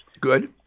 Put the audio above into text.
Good